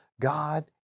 God